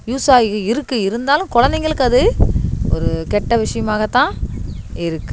use ஆகி இருக்குது இருந்தாலும் குலந்தைங்களுக்கு அது ஒரு கெட்ட விஷயமாக தான் இருக்குது